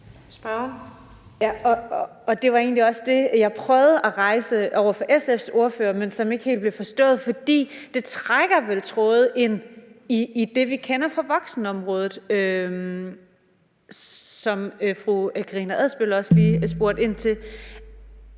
egentlig også det, jeg prøvede at rejse over for SF's ordfører, men som ikke helt blev forstået, for det trækker vel tråde ind i det, vi kender fra voksenområdet, og som fru Karina Asbøl også lige spurgte ind til,